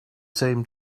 same